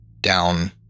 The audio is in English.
down